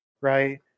right